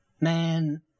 man